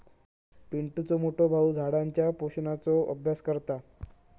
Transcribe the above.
पिंटुचो मोठो भाऊ झाडांच्या पोषणाचो अभ्यास करता